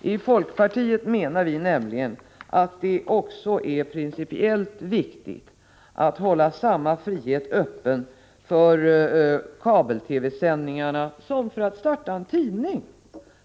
I folkpartiet menar vi nämligen att det också är principiellt viktigt att hålla samma frihet öppen för kabel-TV-sändningarna som för att starta en tidning.